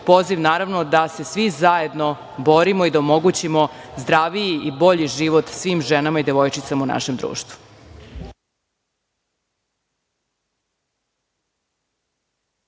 poziv naravno, da se svi zajedno borimo i da omogućimo zdraviji i bolji život svim ženama i devojčicama u našem društvu.